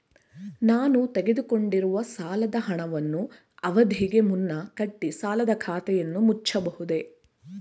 ನಾನು ತೆಗೆದುಕೊಂಡಿರುವ ಸಾಲದ ಹಣವನ್ನು ಅವಧಿಗೆ ಮುನ್ನ ಕಟ್ಟಿ ಸಾಲದ ಖಾತೆಯನ್ನು ಮುಚ್ಚಬಹುದೇ?